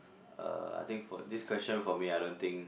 uh I think for this question for me I don't think